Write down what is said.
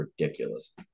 ridiculous